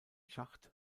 schacht